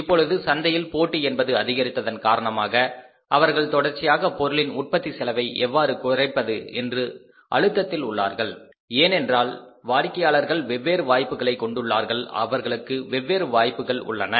இப்பொழுது சந்தையில் போட்டி என்பது அதிகரித்ததன் காரணமாக அவர்கள் தொடர்ச்சியாக பொருளின் உற்பத்தி செலவை எவ்வாறு குறைப்பது என்ற அழுத்தத்தில் உள்ளார்கள் ஏனென்றால் வாடிக்கையாளர்கள் வெவ்வேறு வாய்ப்புகளை கொண்டுள்ளார்கள் அவர்களுக்கு வெவ்வேறு வாய்ப்புகள் உள்ளன